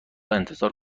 انتظار